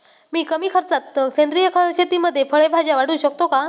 मी कमी खर्चात सेंद्रिय शेतीमध्ये फळे भाज्या वाढवू शकतो का?